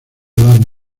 dar